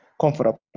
comfortable